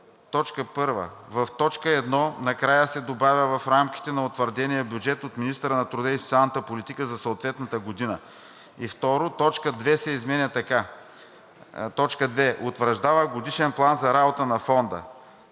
1. В т. 1 накрая се добавя „в рамките на утвърдения бюджет от министъра на труда и социалната политика за съответната година“. 2. Точка 2 се изменя така: „2. утвърждава годишен план за работа на фонда;“